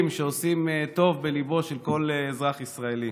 שעושים טוב בליבו של כל אזרח ישראלי.